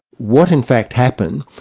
what in fact happened,